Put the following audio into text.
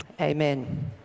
Amen